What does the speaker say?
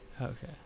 Okay